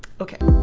okay.